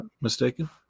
mistaken